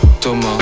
Thomas